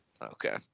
Okay